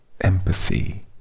empathy